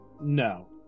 No